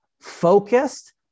focused